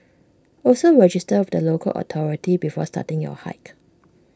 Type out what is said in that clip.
also register with the local authority before starting your hike